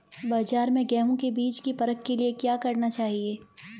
बाज़ार में गेहूँ के बीज की परख के लिए क्या करना चाहिए?